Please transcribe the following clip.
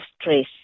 stress